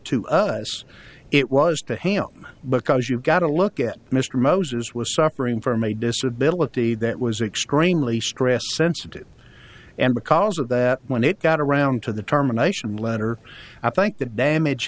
to us it was to handle because you've got to look at mr moses was suffering from a disability that was extremely stressed sensitive and because of that when it got around to the terminations letter i think the damage